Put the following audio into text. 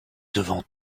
devant